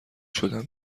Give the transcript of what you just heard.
شدم